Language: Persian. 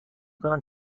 کنم